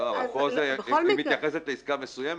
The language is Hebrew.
--- פה היא מתייחסת לעסקה מסוימת,